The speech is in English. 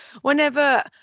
whenever